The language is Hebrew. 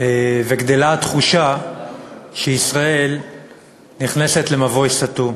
וגדלה התחושה שישראל נכנסת למבוי סתום.